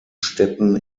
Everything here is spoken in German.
städten